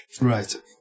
Right